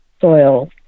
soil